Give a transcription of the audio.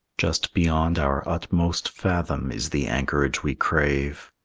just beyond our utmost fathom is the anchorage we crave,